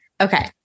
Okay